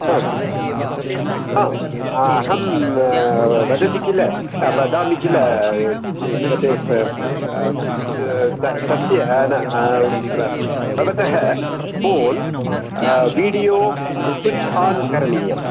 आम् आम् अहं वदति किल वदामि किल तत् त तस्य न भवतः फ़ोन् वीडियो स्विच् आन् करणीयं